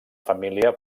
família